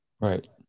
Right